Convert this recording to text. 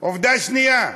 עובדה שנייה: